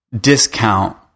discount